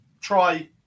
try